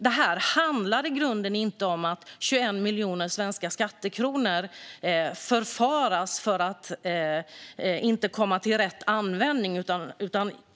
Detta handlar i grunden inte om att 21 miljoner svenska skattekronor förfars genom att inte komma till rätt användning.